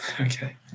okay